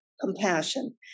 compassion